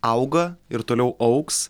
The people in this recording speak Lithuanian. auga ir toliau augs